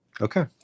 Okay